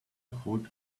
hold